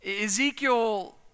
Ezekiel